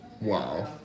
Wow